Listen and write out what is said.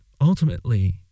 ultimately